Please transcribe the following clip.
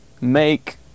make